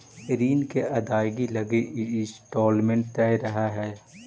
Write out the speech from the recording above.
ऋण के अदायगी लगी इंस्टॉलमेंट तय रहऽ हई